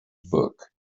book